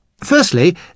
firstly